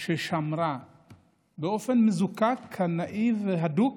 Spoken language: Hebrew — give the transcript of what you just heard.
ששמרה באופן מזוקק, קנאי ואדוק